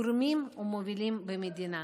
תורמים ומובילים במדינה.